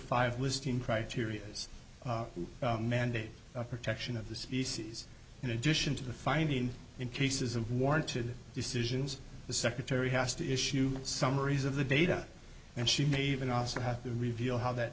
five listing criteria is mandated protection of the species in addition to the finding in cases of warranted decisions the secretary has to issue summaries of the data and she may even also have to reveal how that